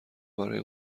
برای